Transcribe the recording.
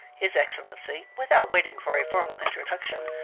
his excellency, without waiting for a formal introduction,